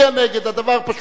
הדבר פשוט מאוד,